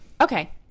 okay